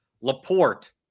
Laporte